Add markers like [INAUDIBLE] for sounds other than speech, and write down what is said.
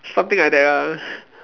something like that lah [BREATH]